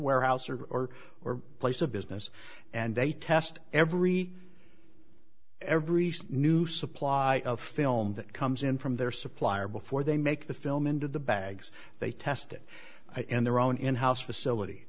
warehouse or or or place of business and they test every every so new supply of film that comes in from their supplier before they make the film into the bags they test it in their own in house facility